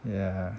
yeah